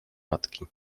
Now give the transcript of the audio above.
matki